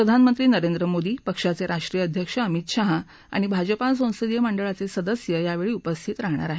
प्रधानमंत्री नरेंद्र मोदी पक्षाचे राष्ट्रीय अध्यक्ष अमित शाह आणि भाजपा संसदीय मंडळाचे सदस्य यावेळी उपस्थित राहणार आहेत